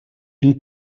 une